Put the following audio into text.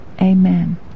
amen